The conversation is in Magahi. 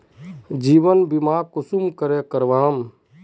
जीवन बीमा कुंसम करे करवाम?